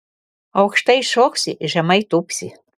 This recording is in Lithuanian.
aukštai šoksi žemai tūpsi